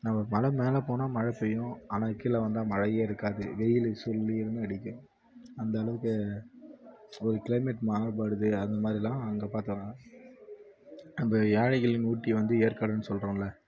நம்ம மலை மேலே போனால் மழை பெய்யும் ஆனால் கீழே வந்தால் மழையே இருக்காது வெயில் சுளீர்னு அடிக்கும் அந்தளவுக்கு ஒரு கிளைமேட் மாறுபடுது அதுமாதிரிலாம் அங்கே பார்க்கலாம் அந்த ஏழைகளின் ஊட்டி வந்து ஏற்காடுனு சொல்கிறோன்ல